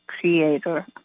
creator